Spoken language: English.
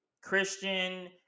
Christian